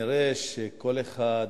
כנראה כל אחד